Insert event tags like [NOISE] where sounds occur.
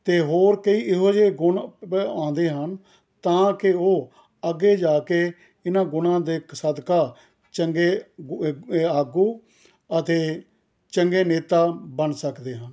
ਅਤੇ ਹੋਰ ਕਈ ਇਹੋ ਜਿਹੇ ਗੁਣ [UNINTELLIGIBLE] ਆਉਂਦੇ ਹਨ ਤਾਂ ਕਿ ਉਹ ਅੱਗੇ ਜਾ ਕੇ ਇਹਨਾਂ ਗੁਣਾਂ ਦੇ ਸਦਕਾ ਚੰਗੇ [UNINTELLIGIBLE] ਆਗੂ ਅਤੇ ਚੰਗੇ ਨੇਤਾ ਬਣ ਸਕਦੇ ਹਨ